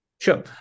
Sure